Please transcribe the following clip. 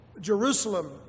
Jerusalem